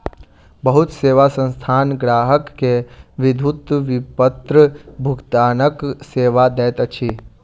बहुत सेवा संस्थान ग्राहक के विद्युत विपत्र भुगतानक सेवा दैत अछि